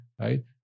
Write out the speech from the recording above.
right